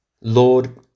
Lord